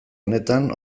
honetan